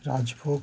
rajbhog